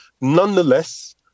nonetheless